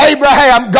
Abraham